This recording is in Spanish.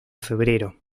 febrero